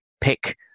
pick